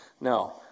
No